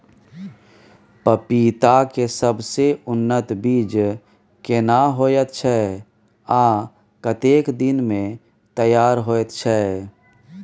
पपीता के सबसे उन्नत बीज केना होयत छै, आ कतेक दिन में तैयार होयत छै?